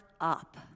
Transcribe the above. up